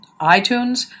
iTunes